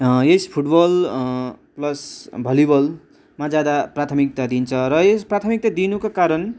यस football plus भलिबलमा ज्यादा प्राथमिकता दिइन्छ र यस प्राथमिकता दिइनुको कारण